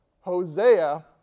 Hosea